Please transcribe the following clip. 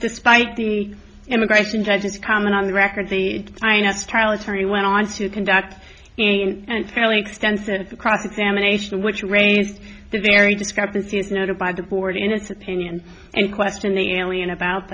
despite the immigration judges comment on the record the trial attorney went on to conduct an fairly extensive cross examination which raised the very discrepancies noted by the board in its opinion and question the alien about